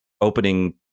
opening